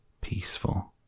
peaceful